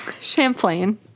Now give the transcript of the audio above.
Champlain